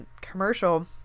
commercial